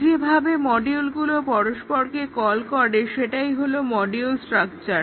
যেভাবে মডিউলগুলো পরস্পরকে কল করে সেটাই হলো মডিউল স্ট্রাকচার